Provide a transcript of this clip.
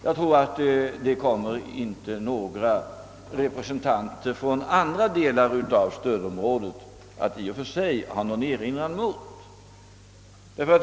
Jag tror inte att några representanter från andra delar av stödområdet i och för sig kommer att ha någon erinran mot detta.